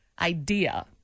idea